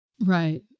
Right